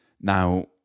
Now